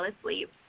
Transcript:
asleep